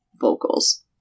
vocals